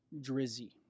Drizzy